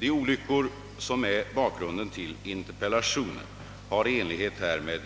De olyckor som är bakgrunden till interpellationen har i enlighet härmed